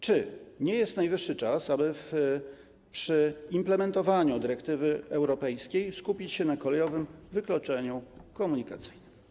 Czy nie jest najwyższy czas, aby przy implementowaniu dyrektywy europejskiej skupić się na kolejowym wykluczeniu komunikacyjnym?